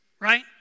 right